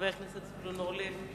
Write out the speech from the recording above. חבר הכנסת זבולון אורלב.